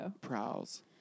Prowls